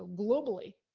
globally,